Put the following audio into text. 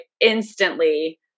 instantly